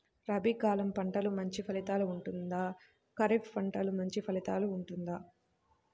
రబీ కాలం పంటలు మంచి ఫలితాలు ఉంటుందా? ఖరీఫ్ పంటలు మంచి ఫలితాలు ఉంటుందా?